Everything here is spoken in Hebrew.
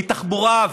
תחבורה,